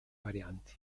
varianti